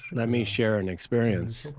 let me share an experience.